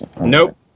Nope